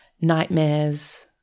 nightmares